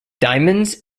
diamonds